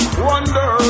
Wonder